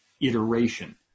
iteration